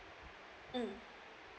mm